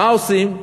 מה עושים?